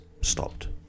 stopped